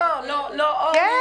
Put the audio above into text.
לא, אורלי, לא.